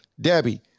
Debbie